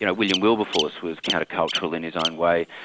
you know william wilberforce was counter-cultural in his own way.